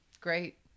Great